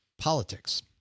politics